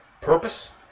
purpose